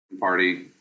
party